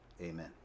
Amen